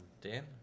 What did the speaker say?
Dan